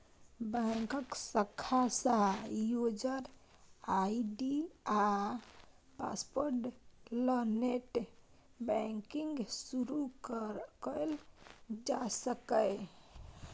बैंकक शाखा सँ युजर आइ.डी आ पासवर्ड ल नेट बैंकिंग शुरु कयल जा सकैए